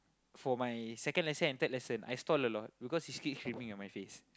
for my second lesson and third lesson I stall a lot because he keeps screaming on my face